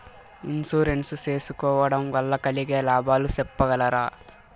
Insurance సేసుకోవడం వల్ల కలిగే లాభాలు సెప్పగలరా?